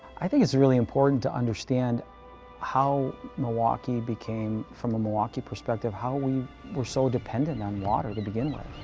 i think it's really important to understand how milwaukee, became, from the milwaukee perspective, how we were so dependent on water to begin with.